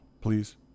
please